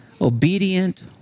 obedient